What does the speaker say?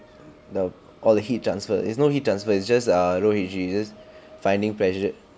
the all the heat transfer is no heat transfer is just err low E_G just finding pressured